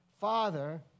Father